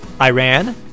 Iran